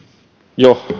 jo